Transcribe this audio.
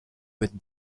with